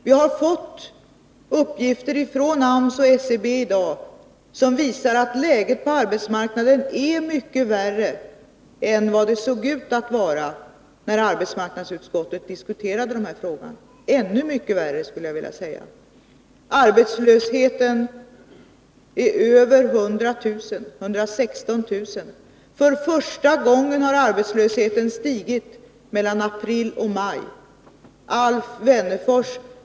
Vi har i dag fått uppgifter från AMS och SCB, som visar att läget på arbetsmarknaden är mycket värre än vad det såg ut att vara när arbetsmarknadsutskottet diskuterade dessa frågor — ännu mycket värre, skulle jag vilja säga. Arbetslösheten ligger över hundratusenstrecket, nämligen på 116 000 personer. För första gången har arbetslösheten sedan april och maj stigit. Alf Wennerfors!